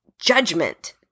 judgment